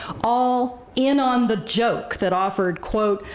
all in on the joke that offered quote,